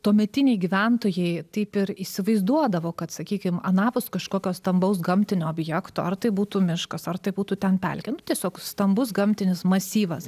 tuometiniai gyventojai taip ir įsivaizduodavo kad sakykim anapus kažkokio stambaus gamtinio objekto ar tai būtų miškas ar tai būtų ten pelkė nu tiesiog stambus gamtinis masyvas